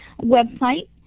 website